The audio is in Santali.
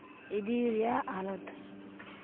ᱤᱫᱤᱭ ᱨᱮᱭᱟᱜ ᱦᱟᱞᱚᱛ